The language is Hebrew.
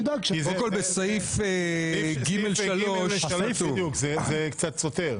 נדאג ש- -- בסעיף ג(3) זה קצת סותר.